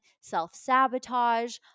self-sabotage